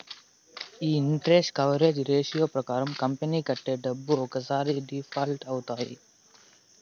ఈ interest coverage ratio ప్రకారం company కట్టే డబ్బులు ఒక్కసారి డిఫాల్ట్ అవుతాయి